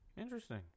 Interesting